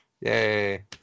yay